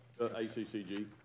ACCG